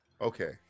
Okay